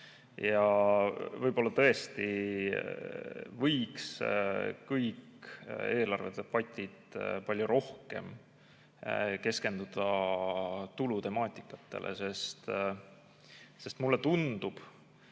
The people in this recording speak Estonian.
Võib-olla tõesti võiks kõik eelarvedebatid palju rohkem keskenduda tulutemaatikale, sest mulle tundub,